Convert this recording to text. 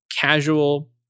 casual